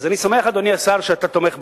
אז אני שמח, אדוני השר, שאתה תומך ברעיון.